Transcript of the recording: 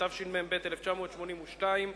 התשמ"ב 1982,